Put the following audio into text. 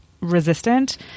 resistant